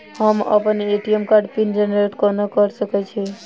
हम अप्पन ए.टी.एम कार्डक पिन जेनरेट कोना कऽ सकैत छी?